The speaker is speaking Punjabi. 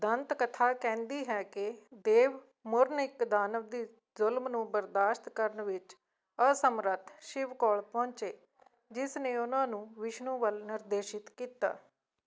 ਦੰਤਕਥਾ ਕਹਿੰਦੀ ਹੈ ਕਿ ਦੇਵ ਮੁਰਨ ਇੱਕ ਦਾਨਵ ਦੀ ਜ਼ੁਲਮ ਨੂੰ ਬਰਦਾਸ਼ਤ ਕਰਨ ਵਿੱਚ ਅਸਮਰੱਥ ਸ਼ਿਵ ਕੋਲ ਪਹੁੰਚੇ ਜਿਸ ਨੇ ਉਹਨਾਂ ਨੂੰ ਵਿਸ਼ਨੂੰ ਵੱਲ ਨਿਰਦੇਸ਼ਿਤ ਕੀਤਾ